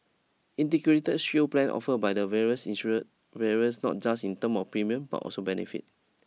integrated shield plan offered by the various insurers various not just in terms of premium but also benefit